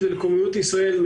לישראלים